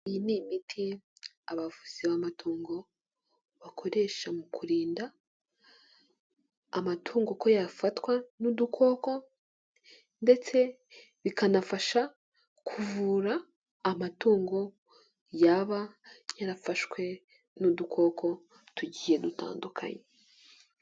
Iyi ni imiti abavuzi b'amatungo bakoresha mu kurinda amatungo ko yafatwa n'udukoko ndetse bikanafasha kuvura amatungo yaba yarafashwe n'udukoko tugiye dutandukanye.